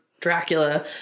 Dracula